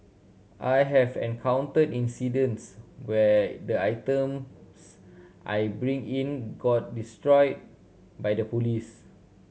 I have encountered incidents where the items I bring in get destroyed by the police